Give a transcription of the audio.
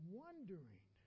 wondering